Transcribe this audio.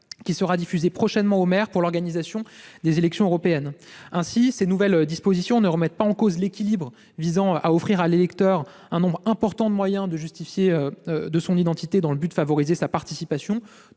qui sera prochainement diffusée aux maires en vue de l'organisation des élections européennes. Ainsi, ces nouvelles dispositions ne remettent pas en cause l'équilibre visant à offrir à l'électeur un nombre important de moyens de justifier de son identité, dans le but de favoriser sa participation,